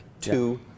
Two